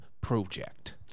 project